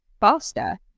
faster